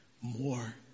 more